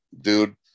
dude